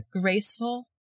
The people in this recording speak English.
graceful